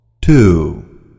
two